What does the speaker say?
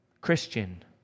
Christian